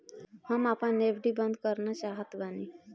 हम आपन एफ.डी बंद करना चाहत बानी